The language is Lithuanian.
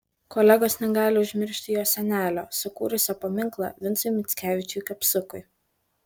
kolegos negali užmiršti jo senelio sukūrusio paminklą vincui mickevičiui kapsukui